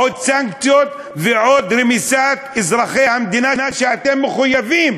עוד סנקציות ועוד רמיסת אזרחי המדינה שאתם מחויבים,